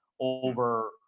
over